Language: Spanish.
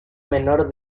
menor